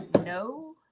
no.